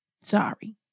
Sorry